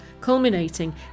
culminating